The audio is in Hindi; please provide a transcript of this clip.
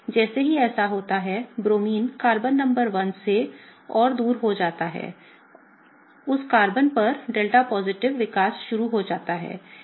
जैसे ही ऐसा होता है ब्रोमीन कार्बन नंबर 1 से और दूर हो जाता है उस कार्बन पर एक डेल्टा पॉजिटिव विकास शुरू हो जाता है